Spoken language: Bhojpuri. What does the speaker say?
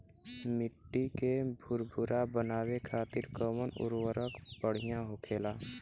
मिट्टी के भूरभूरा बनावे खातिर कवन उर्वरक भड़िया होखेला?